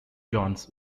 johns